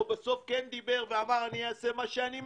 הוא בסוף כן דיבר ואמר: אני אעשה מה שאני מבין.